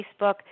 Facebook